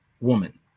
woman